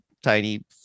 tiny